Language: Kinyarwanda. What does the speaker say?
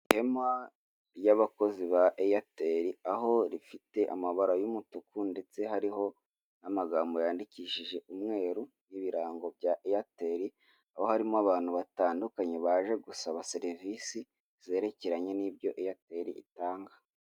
Ihema ry'abakozi ba Airtel aho rifite amabara y'umutuku ndetse hariho n'amagambo yandikishije umweru n'ibirango bya Airtel, aho harimo abantu batandukanye baje gusaba serivisi zerekeranye n'ibyo Airtel itanga.